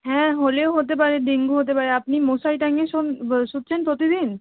হ্যাঁ হলেও হতে পারে ডেঙ্গু হতে পারে আপনি মশারি টাঙিয়ে শোন শুচ্ছেন প্রতিদিন